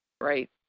Right